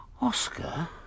Oscar